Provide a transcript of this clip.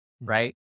right